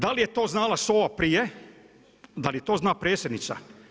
Da li je to znala SOA prije, da li to zna predsjednica?